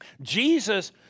Jesus